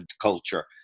culture